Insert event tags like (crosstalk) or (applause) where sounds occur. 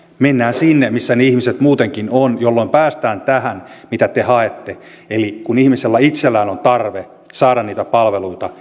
mennään sinne missä ne ihmiset muutenkin ovat jolloin päästään tähän mitä te haette eli kun ihmisellä itsellään on tarve saada niitä palveluita (unintelligible)